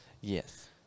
yes